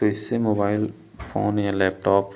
तो इससे mobile phone या लैपटॉप